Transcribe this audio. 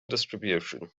distribution